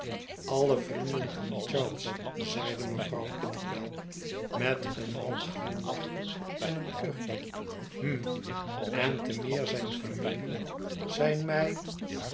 alle vrienden van charles zeide mevrouw kitterbell met een matglimlachje eneenkuchje hm en te meer zijn familie zyn my